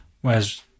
Whereas